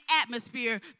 atmosphere